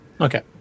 Okay